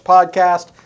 Podcast